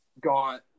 got